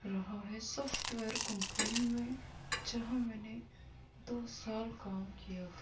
رہا ہے software company میں جہاں میں نے دو سال کام کیا تھا